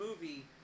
movie